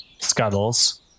scuttles